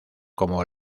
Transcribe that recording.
como